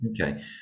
Okay